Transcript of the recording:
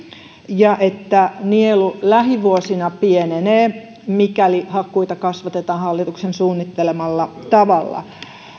ja että nielu lähivuosina pienenee mikäli hakkuita kasvatetaan hallituksen suunnittelemalla tavalla